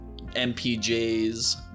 MPJ's